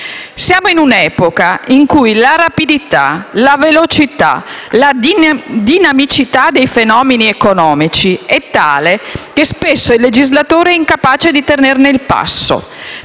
Siamo in un'epoca in cui la rapidità, la velocità e la dinamicità dei fenomeni economici sono tali che spesso il legislatore è incapace di tenerne il passo: